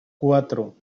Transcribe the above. cuatro